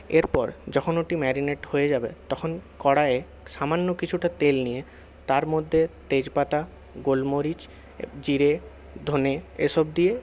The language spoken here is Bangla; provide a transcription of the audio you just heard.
এরপর যখন ওটি ম্যারিনেট হয়ে যাবে তখন কড়াইয়ে সামান্য কিছুটা তেল নিয়ে তার মধ্যে তেজপাতা গোলমরিচ জিরে ধনে এসব দিয়ে